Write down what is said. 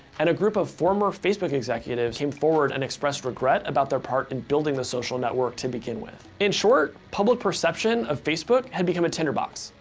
and a group of former facebook executives came forward and expressed regret about their part in building the social network to begin with. in short, public perception of facebook had become a tinderbox.